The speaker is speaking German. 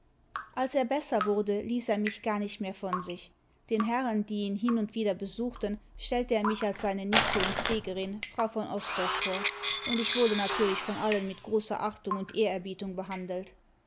als er besser wurde ließ er mich gar nicht mehr von sich den herren die ihn hin und wieder besuchten stellte er mich als seine nichte und pflegerin frau von osdorff vor und ich wurde natürlich von allen mit großer achtung und ehrerbietung behandelt